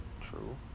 True